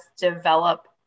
develop